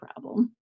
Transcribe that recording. problem